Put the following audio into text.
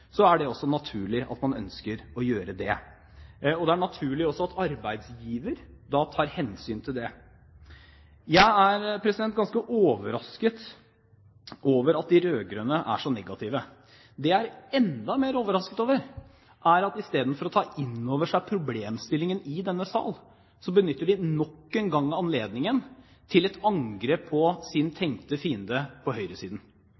er det naturlig at man får gjøre det. Det er også naturlig at arbeidsgiver tar hensyn til det. Jeg er ganske overrasket over at de rød-grønne er så negative. Det jeg er enda mer overrasket over, er at istedenfor å ta inn over seg problemstillingen i denne sal, benytter de nok en gang anledningen til et angrep på sin tenkte fiende på høyresiden.